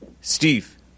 Steve